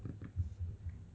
mm ya lor